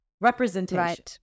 representation